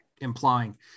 implying